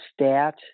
stat